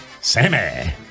Sammy